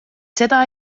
seda